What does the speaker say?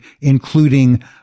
including